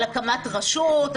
על הקמת רשות.